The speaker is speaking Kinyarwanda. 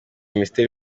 minisiteri